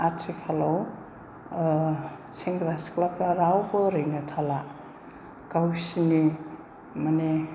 आथिखालाव सेंग्रा सिख्लाफोरा रावबो ओरैनो थाला गावसोरनि माने